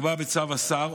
השר,